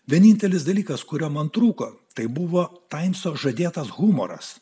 vienintelis dalykas kurio man trūko tai buvo taimso žadėtas humoras